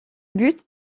but